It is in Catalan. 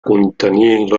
contenir